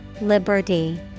Liberty